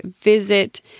Visit